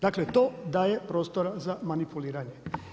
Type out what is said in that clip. Dakle, to daje prostora za manipuliranje.